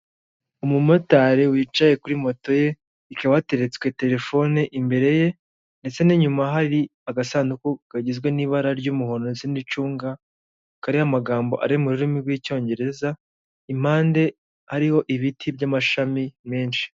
Umumotari wicaye kuri moto ye, ikaba hateretswe telefone imbere ye ndetse n'inyuma hari agasanduku kagizwe n'ibara ry'umuhondo ndetse n'icunga, kariho amagambo ari mu rurimi rw'icyongereza, impande hariho ibiti by'amashami menshi.